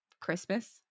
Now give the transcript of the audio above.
Christmas